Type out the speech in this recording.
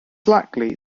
likely